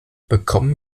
bekommen